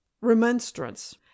remonstrance